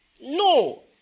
No